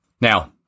Now